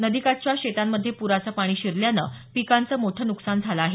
नदीकाठच्या शेतांमध्ये प्राचं पाणी शिरल्यानं पिकांचं मोठं नुकसान झालं आहे